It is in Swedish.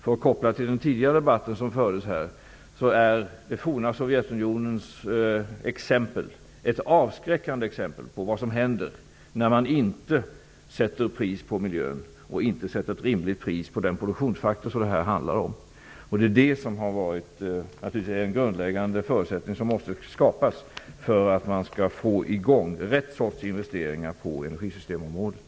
För att koppla till den tidigare debatten, är det forna Sovjetunionen ett avskräckande exempel på vad som händer när man inte sätter ett pris på miljön och inte sätter ett rimligt pris på den produktionsfaktor som det här handlar om. Det är en grundläggande förutsättning som måste skapas för att rätt sorts investeringar skall kunna sättas i gång på energisystemområdet.